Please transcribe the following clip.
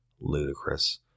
Ludicrous